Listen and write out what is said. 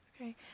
Okay